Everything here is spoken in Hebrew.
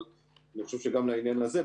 אבל אני חושב גם לעניין הזה צריך.